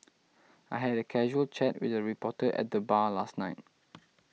I had a casual chat with a reporter at the bar last night